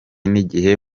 n’igihe